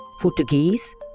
Portuguese